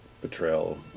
betrayal